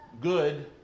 good